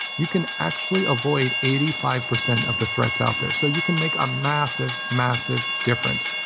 you can actually avoid eighty five percent of the threats out there. so you can make a massive, massive difference.